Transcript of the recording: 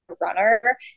runner